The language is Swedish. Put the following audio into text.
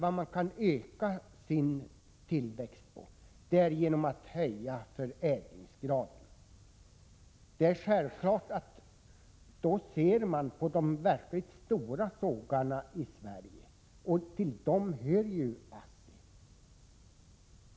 Volymtillväxten kan man bara öka genom att höja förädlingsgraden. Självfallet talar vi då om de verkligt stora sågarna i Sverige. Men till dem hör ju ASSI.